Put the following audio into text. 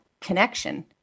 connection